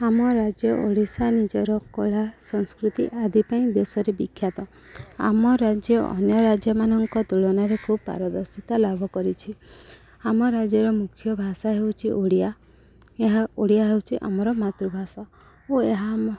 ଆମ ରାଜ୍ୟ ଓଡ଼ିଶା ନିଜର କଳା ସଂସ୍କୃତି ଆଦି ପାଇଁ ଦେଶରେ ବିଖ୍ୟାତ ଆମ ରାଜ୍ୟ ଅନ୍ୟ ରାଜ୍ୟମାନଙ୍କ ତୁଳନାରେ ଖୁବ ପରିଦର୍ଶିତା ଲାଭ କରିଛି ଆମ ରାଜ୍ୟର ମୁଖ୍ୟ ଭାଷା ହେଉଛି ଓଡ଼ିଆ ଏହା ଓଡ଼ିଆ ହେଉଛି ଆମର ମାତୃଭାଷା ଓ ଏହା